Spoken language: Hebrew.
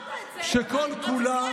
פינג-פונג שכל-כולו, אבל אמרת את זה.